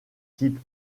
type